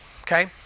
okay